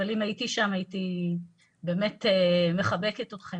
אבל אם הייתי שם הייתי באמת מחבקת אתכן